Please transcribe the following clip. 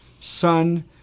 son